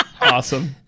Awesome